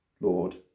Lord